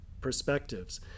perspectives